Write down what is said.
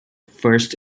first